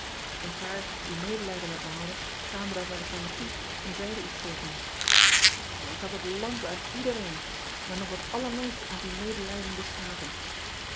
en paar die medelijden met me hadden kwamen dan wel eens naar me toe en zeiden iets tegen me ik had het land aan iedereen maar nog het allermeest aan die medelijdende schapen